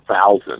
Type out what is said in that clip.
thousand